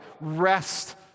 rest